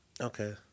Okay